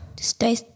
stay